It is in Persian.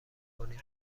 کنیم